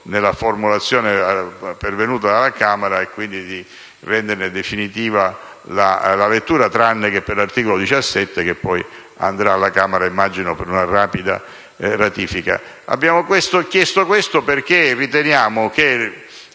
nella formulazione pervenuta dalla Camera dei deputati e quindi di renderne definitiva la lettura, tranne che per l'articolo 17, che poi andrà alla Camera ‑ immagino ‑ per una rapida ratifica. Abbiamo chiesto questo perché riteniamo che,